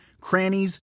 crannies